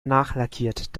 nachlackiert